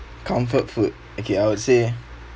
comfort food okay I would say